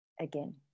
again